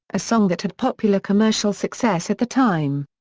a song that had popular commercial success at the time.